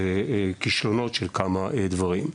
זה כישלונות של כמה דברים.